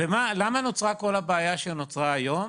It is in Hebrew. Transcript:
ולמה נוצרה כל הבעיה שנורה היום?